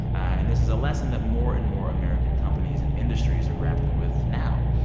and this is a lesson that more and more american companies and industries are grappling with now.